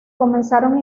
comenzaron